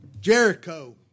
Jericho